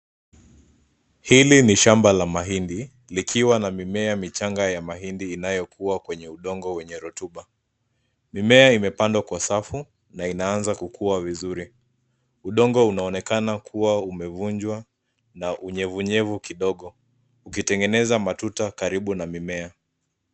Hili ni shama ya mahindi likiwa na mimea michanga ya mahindi inayokua kwenye udongo wenye rotuba. Mimea imepandwa kwa safu na inaanza kukuwa vizuri. Udongo unaonekana kuwa umevunjwa na unyevu unyevu kidogo ukitengeneza matuta karibu na mimea.